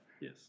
Yes